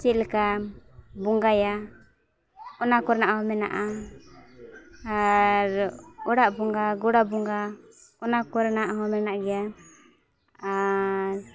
ᱪᱮᱫ ᱞᱮᱠᱟᱢ ᱵᱚᱸᱜᱟᱭᱟ ᱚᱱᱟ ᱠᱚᱨᱮᱱᱟᱜ ᱦᱚᱸ ᱢᱮᱱᱟᱜᱼᱟ ᱟᱨ ᱚᱲᱟᱜ ᱵᱚᱸᱜᱟᱼᱜᱳᱲᱟ ᱵᱚᱸᱜᱟ ᱚᱱᱟ ᱠᱚᱨᱮᱱᱟᱜ ᱦᱚᱸ ᱢᱮᱱᱟᱜ ᱜᱮᱭᱟ ᱟᱨ